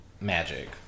magic